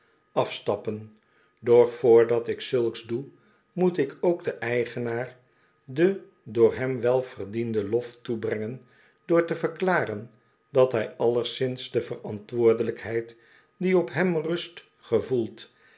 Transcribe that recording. afstappen doch voordat ik zulks doe moet ik ook den eigenaar den door hem welverdienden lof toebrengen door te verklaren dat hij alleszins de verantwoordelijkheid die op hem rust gevoelt